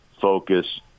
focus